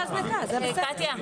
זה קוד ההזנקה --- קטיה,